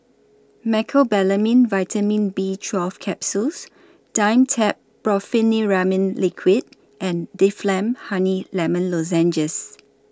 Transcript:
Mecobalamin Vitamin B twelve Capsules Dimetapp Brompheniramine Liquid and Difflam Honey Lemon Lozenges